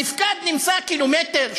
הנפקד נמצא קילומטר,